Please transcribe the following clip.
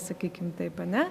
sakykim taip ane